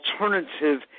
alternative